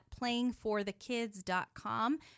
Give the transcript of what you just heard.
playingforthekids.com